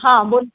हां बोल